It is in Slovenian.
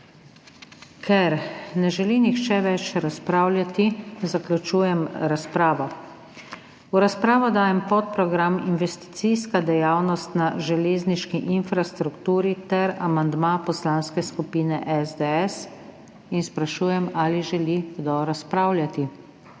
Ker ne želi nihče več razpravljati, zaključujem razpravo. V razpravo dajem podprogram Investicijska dejavnost na železniški infrastrukturi ter amandma Poslanske skupine SDS in sprašujem, ali želi kdo razpravljati.